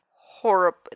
horrible